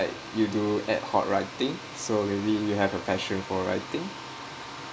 like you do ad-hoc writing so maybe you have a passion for writing